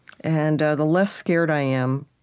and the less scared i am,